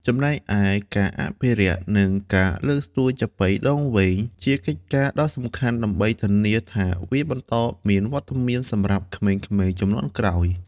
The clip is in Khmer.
ចំណែកឯ ការអភិរក្ស និងការលើកស្ទួយចាប៉ីដងវែង គឺជាកិច្ចការដ៏សំខាន់ដើម្បីធានាថាវាបន្តមានវត្តមានសម្រាប់ក្មេងៗជំនាន់ក្រោយ។